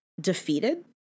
defeated